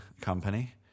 company